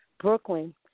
Brooklyn